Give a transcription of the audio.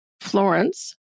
Florence